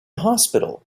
hospital